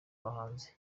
bahanzi